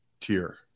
tier